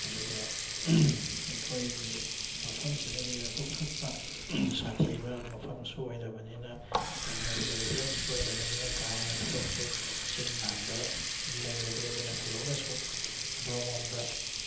ꯑꯗꯨꯒ ꯑꯩꯈꯣꯏꯒꯤ ꯃꯐꯝꯁꯤꯗꯗꯤ ꯑꯗꯨꯛ ꯍꯥꯛꯄ ꯁꯥꯊꯤꯕ ꯃꯐꯝꯁꯨ ꯑꯣꯏꯗꯕꯅꯤꯅ ꯖꯪꯒꯜꯒꯤ ꯑꯣꯏꯕ ꯐꯤꯕꯝꯁꯨ ꯑꯣꯏꯗꯕꯅꯤꯅ ꯀꯥ ꯍꯦꯟꯅ ꯊꯕꯛꯁꯨ ꯆꯤꯡ ꯃꯥꯟꯗ ꯂꯩꯔꯨꯗꯦ ꯑꯗꯨꯅ ꯊꯣꯏꯗꯣꯛꯅꯁꯨ ꯑꯗꯣꯝ ꯂꯣꯝꯗ